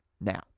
Now